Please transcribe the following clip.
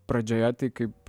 pradžioje tai kaip